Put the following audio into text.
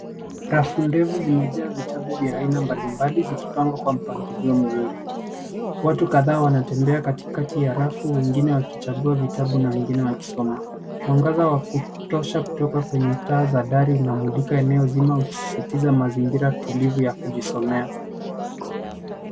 Rafu ndefu zimejaa vitabu vya aina mbalimbali zikipangwa kwa mpangilio mzuri. Watu kadhaa wanatembea katikati ya rafu, wengine wakichagua vitabu na wengine wakisoma. Mwangaza wa kutosha kutoka kwenye taa za dari unamulika eneo zima ukisisitiza mazingira tulivu ya kujisomea.